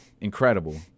incredible